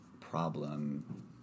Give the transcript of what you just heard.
problem